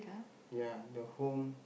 ya the home